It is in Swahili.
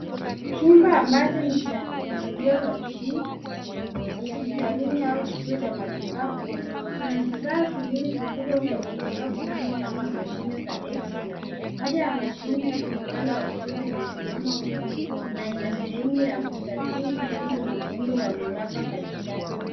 Chumba ambacho ni cha radiology hospitalini au kituo cha matibabu. Kuna vifaa viwili vikubwa vya matibabu vinavyofanana na mashine za x-ray .Moja wa mashine iko upande wa kushoto ingine imesimama wima na ina sehemu ya mstatili iliyo na muundo wa mraba katikati.